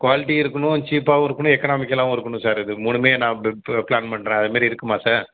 quality இருக்கணும் சீப்பாகவும் இருக்கணும் எக்கனாமிக்கலாகவும் இருக்கணும் சார் இது மூணும் நான் பிளான் பண்ணுறேன் அந்த மாதிரி இருக்குமா சார்